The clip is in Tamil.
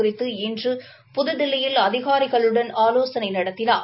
குறித்து இன்று புதுதில்லியில் அதிகாரிகளுடன் ஆலோசனை நடத்தினார்